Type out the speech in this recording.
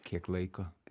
kiek laiko